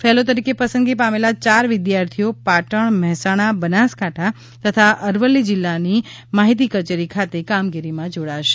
fellow તરીકે પસંદગી પામેલા ચાર વિદ્યાર્થીઓ પાટણ મહેસાણા બનાસકાંઠા તથા અરવલ્લી જિલ્લાની જિલ્લા માહિતી કચેરી ખાતે કામગીરીમાં જોડાશે